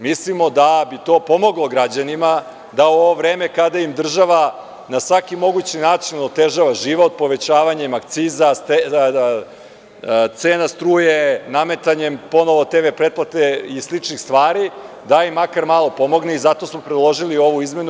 Mislimo da bi to pomoglo građanima da u ovo vreme kada im država na svaki mogući način otežava život povećavanjem akciza, cena struje, nametanjem ponovo TV pretplate i sličnih stvari, da im makar malo pomogne i zato smo predložili ovu izmenu.